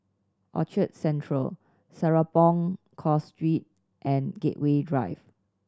Orchard Central Serapong Course Road and Gateway Drive